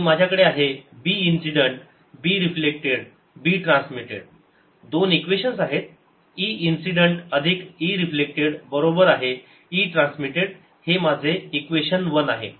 आणि माझ्याकडे आहे b incident b reflected b transmitted दोन इक्वेशन्स आहेत e इन्सिडेंट अधिक e रिफ्लेक्टेड बरोबर आहे e ट्रान्समिटेड हे माझे इक्वेशन वन आहेत